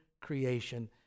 creation